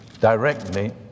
directly